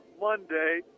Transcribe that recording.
Monday